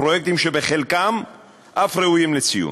פרויקטים שבחלקם אף ראויים לציון.